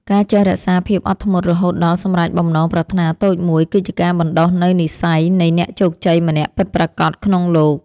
ការចេះរក្សាភាពអត់ធ្មត់រហូតដល់សម្រេចបំណងប្រាថ្នាតូចមួយគឺជាការបណ្តុះនូវនិស្ស័យនៃអ្នកជោគជ័យម្នាក់ពិតប្រាកដក្នុងលោក។